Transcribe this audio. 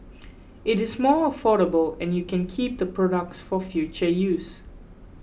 it is more affordable and you can keep the products for future use